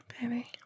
baby